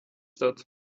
statt